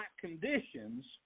conditions